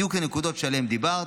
אלה בדיוק הנקודות שעליהן דיברת,